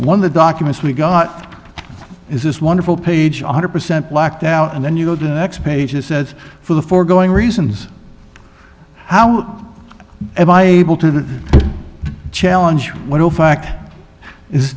one of the documents we got is this wonderful page one hundred percent blacked out and then you go to the next page it says for the foregoing reasons how ever i challenge